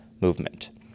movement